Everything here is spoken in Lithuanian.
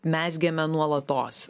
mezgėme nuolatos